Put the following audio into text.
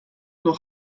nog